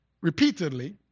repeatedly